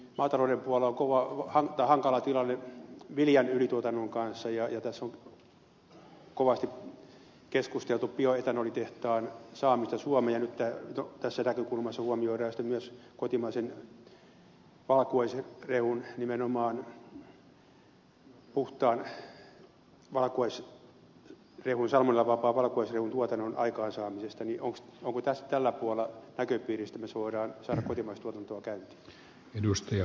maatalouden puolella on hankala tilanne viljan ylituotannon kanssa ja tässä on kovasti keskusteltu bioetanolitehtaan saamisesta suomeen ja nyt jos tässä näkökulmassa huomioidaan sitten myös kotimaisen valkuaisrehun nimenomaan puhtaan valkuaisrehun salmonellavapaan valkuaisrehun tuotannon aikaansaaminen niin onko tällä puolella näköpiirissä että me voimme saada kotimaista tuotantoa käyntiin